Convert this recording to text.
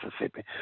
Mississippi